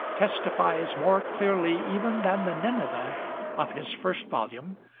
testifies, more clearly even than the nineveh of his first volume,